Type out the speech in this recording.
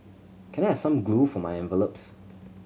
can I have some glue for my envelopes